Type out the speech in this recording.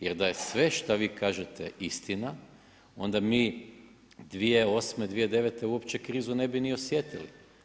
Jer da je sve što vi kažete istina, onda mi 2008. 2009. uopće krizu ne bi ni osjetili.